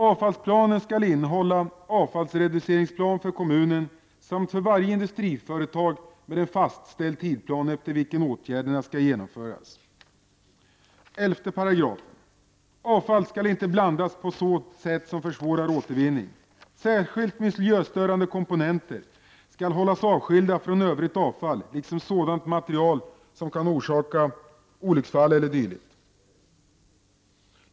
Avfallsplanen skall innehålla avfallsreduceringsplan för kommunen samt för varje industriföretag med en fastställd tidsplan efter vilken åtgärderna skall genomföras. 11§. Avfall skall inte blandas på sätt som försvårar återvinning. Särskilt miljöstörande komponenter skall hållas avskilda från övrigt avfall liksom sådant material som kan orsaka olycksfall eller dylikt.